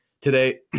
today